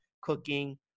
cooking